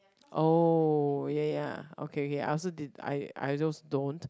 oh ya ya okay okay I also did I I just don't